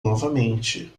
novamente